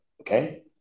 okay